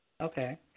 okay